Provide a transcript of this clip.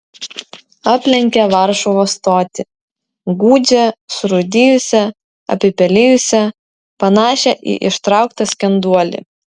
aplenkė varšuvos stotį gūdžią surūdijusią apipelijusią panašią į ištrauktą skenduolį